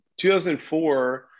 2004